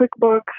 QuickBooks